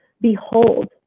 Behold